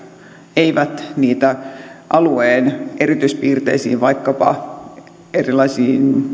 eivät niitä alueen erityispiirteisiin vaikkapa erilaisiin